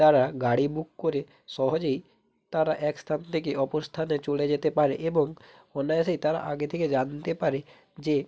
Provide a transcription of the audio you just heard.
তারা গাড়ি বুক করে সহজেই তারা এক স্থান থেকে অপর স্থানে চলে যেতে পারে এবং অনায়াসেই তারা আগে থেকে জানতে পারে যে